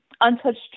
untouched